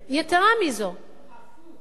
יתירה מזו, הפוך.